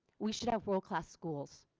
we should have world class schools.